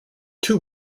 two